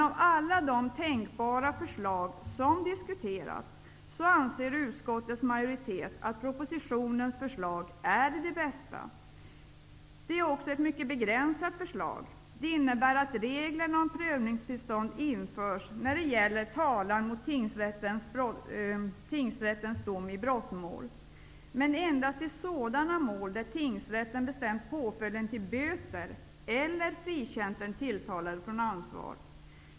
Av alla tänkbara förslag som diskuterats anser utskottets majoritet att propositionens förslag är det bästa. Det är också ett mycket begränsat förslag. Det innebär att regler om prövningstillstånd införs när det gäller talan mot tingsrättens dom i brottmål, men enbart i sådana mål där tingsrätten bestämt påföljden till böter eller frikänt den tilltalade från ansvar.